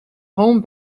home